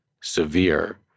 severe